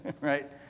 Right